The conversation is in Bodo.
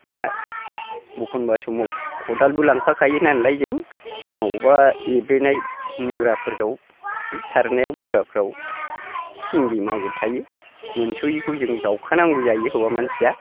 दा एखनब्ला समाव खदालबो लांफाखायोनालाय जों मबावबा एब्रेनाय मुराफोराव बे सारनायाव मुराफ्राव सिंगि मागुर थायो मोनसयैखौ जों जावखा नांगौ जायो हौवा मानसिया